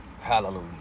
Hallelujah